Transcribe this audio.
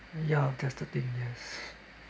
ya that's the thing yes